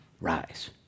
Rise